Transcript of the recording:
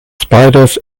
spiders